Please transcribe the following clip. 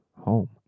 home